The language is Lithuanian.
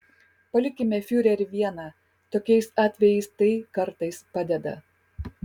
palikime fiurerį vieną tokiais atvejais tai kartais padeda